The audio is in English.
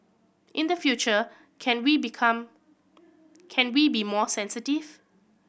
in the future can we become can we be more sensitive